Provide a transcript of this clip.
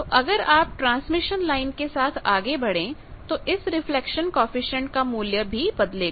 तो अगर आप ट्रांसमिशन लाइन के साथ आगे बढ़े तो इस रिफ्लेक्शन कॉएफिशिएंट का मूल्य भी बदलेगा